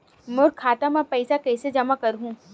मोर खाता म पईसा कइसे जमा करहु?